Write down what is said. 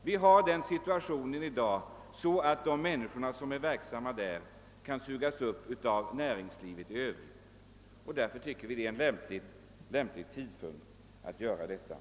Vi befinner oss i dag i en sådan situation att de människor som sysselsätts i Ranstad kan su gas upp av näringslivet i övrigt. Därför tycker vi att den nuvarande tidpunkten är lämplig för ett nedläggande.